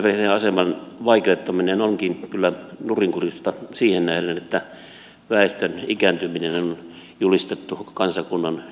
lapsiperheiden aseman vaikeuttaminen onkin kyllä nurinkurista siihen nähden että väestön ikääntyminen on julistettu kansakunnan ykkösongelmaksi